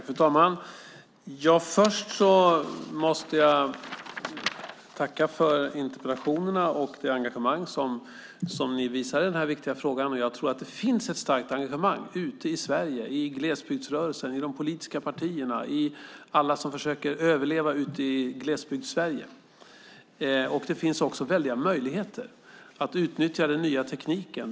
Fru talman! Först måste jag tacka för interpellationerna och det engagemang ni visar i denna viktiga fråga. Jag tror att det finns ett starkt engagemang ute i Sverige, i glesbygdsrörelsen, i de politiska partierna och hos alla som försöker överleva ute i Glesbygdssverige. Det finns också väldiga möjligheter att utnyttja den nya tekniken.